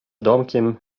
domkiem